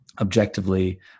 objectively